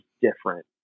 different